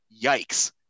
yikes